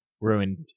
ruined